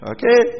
Okay